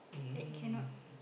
mm